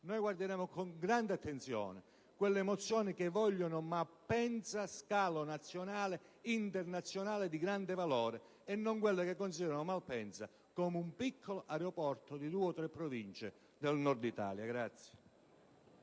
noi guarderemo con grande attenzione alle mozioni che vogliono Malpensa scalo nazionale ed internazionale di grande valore, e non a quelle che considerano Malpensa come un piccolo aeroporto di due o tre Province del Nord Italia.